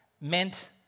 meant